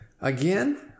Again